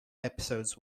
episodes